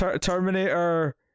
Terminator